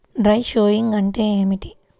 Dry sowing అంటే ఏమిటి?